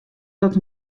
dat